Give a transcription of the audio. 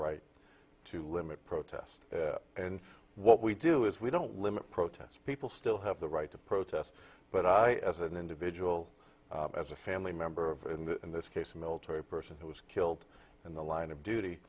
right to limit protest and what we do is we don't limit protests people still have the right to protest but i as an individual as a family member of in the in this case a military person who was killed in the line of duty